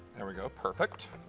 there we go, perfect.